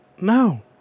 No